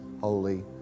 Holy